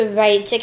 right